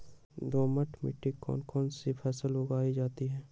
दोमट मिट्टी कौन कौन सी फसलें उगाई जाती है?